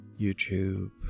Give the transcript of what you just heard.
YouTube